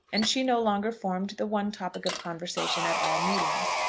and she no longer formed the one topic of conversation at all meetings.